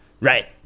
Right